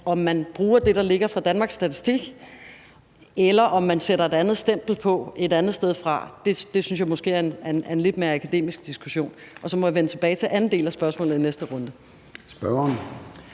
om man bruger det, der ligger fra Danmarks Statistik, eller om man sætter et andet stempel på et andet sted fra. Og så må jeg vende tilbage til anden del af spørgsmålet i næste runde.